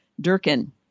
Durkin